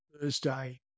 thursday